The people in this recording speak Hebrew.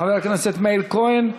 חבר הכנסת מאיר כהן,